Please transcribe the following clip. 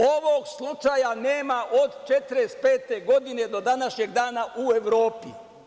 Ovog slučaja nema od 1945. godine do današnjeg dana u Evropi.